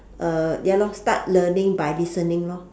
uh ya lor start learning by listening lor